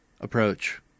approach